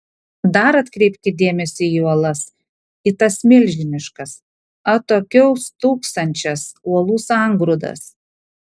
dar atkreipkit dėmesį į uolas į tas milžiniškas atokiau stūksančias uolų sangrūdas